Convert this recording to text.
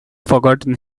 forgotten